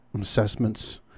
assessments